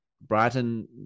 Brighton